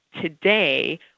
Today